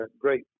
great